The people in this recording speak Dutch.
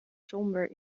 somber